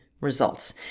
results